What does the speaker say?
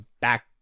back